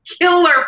Killer